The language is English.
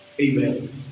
Amen